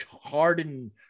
hardened